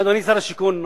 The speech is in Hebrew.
אדוני שר השיכון,